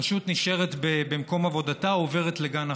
פשוט נשארת במקום עבודתה או עוברת לגן אחר.